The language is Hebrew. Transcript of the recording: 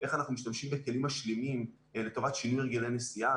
איך אנחנו משתמשים בכלים משלימים לטובת שינוי הרגלי נסיעה?